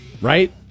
right